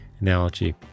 analogy